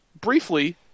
briefly